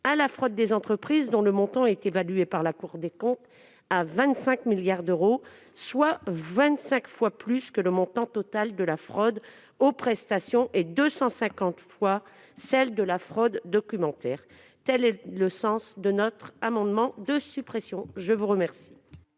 à la fraude des entreprises, dont le montant est évalué par la Cour des comptes à 25 milliards d'euros, soit 25 fois plus que le montant total de la fraude aux prestations et 250 fois celle de la « fraude documentaire ». Tel est le sens de cet amendement de suppression. Quel